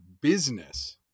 business